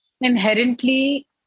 inherently